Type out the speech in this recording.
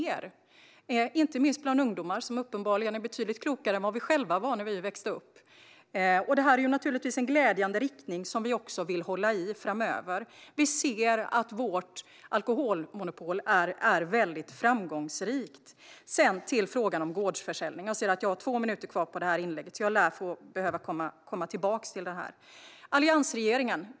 Det gäller inte minst bland ungdomar, som uppenbarligen är betydligt klokare än vad vi själva var när vi växte upp. Detta är naturligtvis en glädjande riktning som vi vill hålla i framöver. Vi ser att vårt alkoholmonopol är framgångsrikt. Jag går nu över till frågan om gårdsförsäljning. Jag ser att jag har två minuters talartid kvar av detta inlägg, så jag lär behöva komma tillbaka om detta.